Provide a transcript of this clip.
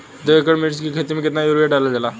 दो एकड़ मिर्च की खेती में कितना यूरिया डालल जाला?